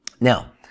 Now